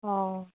ও